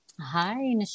Hi